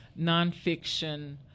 nonfiction